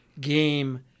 game